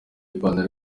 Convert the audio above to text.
ipantalo